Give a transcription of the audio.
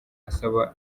asaba